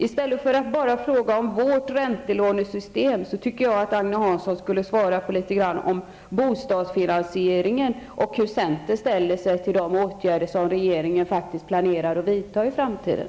I stället för att bara fråga om vårt räntelånesystem, tycker jag att Agne Hansson skulle säga någonting om bostadsfinansieringen och hur centern ställer sig till de åtgärder som regeringen planerar att vidta i framtiden.